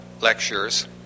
lectures